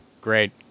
great